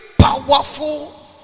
powerful